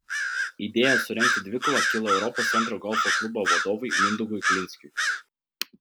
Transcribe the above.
idėja surengti dvikovą kilo europos centro golfo klubo vadovui mindaugui glinskiui